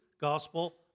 Gospel